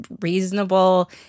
reasonable